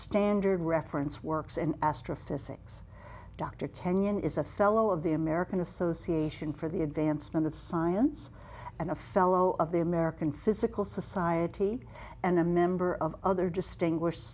standard reference works and astrophysics dr kenyon is a fellow of the american association for the advancement of science and a fellow of the american physical society and a member of other distinguish